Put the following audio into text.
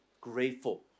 grateful